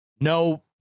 No